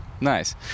Nice